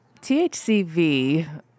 THCV